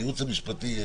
הייעוץ המשפטי,